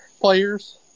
players